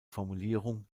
formulierung